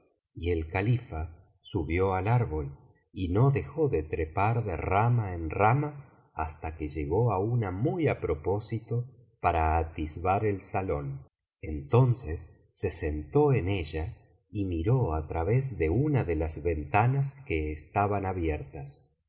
y el califa subió al árbol y no dejó de trepar de rama en rama hasta que llegó á una muy á propósito para atisbar el salón entonces se sentó en ella y miró á través de una de las ventanas que estaban abiertas